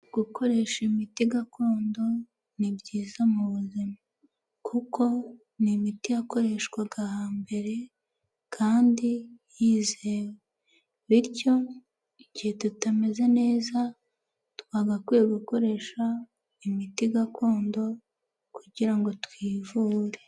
Gukoresha imiti gakondo ni byiza mu buzima, kuko ni imiti yakoreshwaga ha mbere, kandi yizewe, bityo igihe tutameze neza, twagakwiye gukoresha imiti gakondo, kugira ngo twivure.